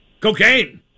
Cocaine